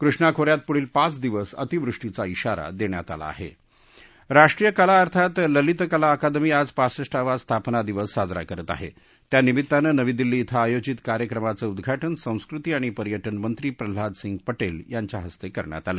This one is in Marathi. कृष्णा खो यात पुढील पाच दिवस अतिवृष्टीचा शिवरा दण्वात आला आहा राष्ट्रीय कला अर्थात ललित कला अकादमी आज पासष्टावा स्थापना दिवस साजरा करत आह व्यानिमित्तानं नवी दिल्ली शि आयोजित कार्यक्रमाचं उद्घाटन संस्कृती आणि पर्यटन मंत्री प्रल्हाद सिंह पटक्रीयांच्या हस्तक्रिण्यात आलं